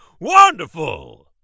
Wonderful